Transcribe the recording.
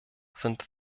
sind